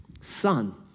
Son